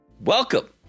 Welcome